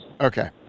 Okay